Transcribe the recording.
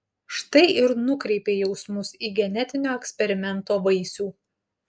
štai ir nukreipei jausmus į genetinio eksperimento vaisių